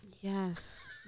Yes